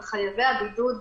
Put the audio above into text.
על חייבי הבידוד,